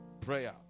prayer